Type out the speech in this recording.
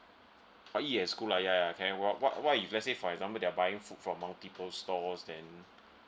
oh eat at school ya ya can what what what if let's say for example they are buying food from multiple stores then